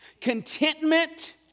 Contentment